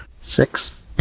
Six